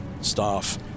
staff